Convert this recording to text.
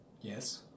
Yes